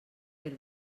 per